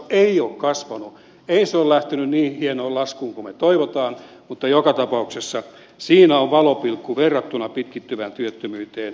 ei se ole lähtenyt niin hienoon laskuun kuin me toivomme mutta joka tapauksessa siinä on valopilkku verrattuna pitkittyvään työttömyyteen